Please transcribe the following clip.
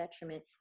detriment